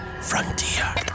Frontier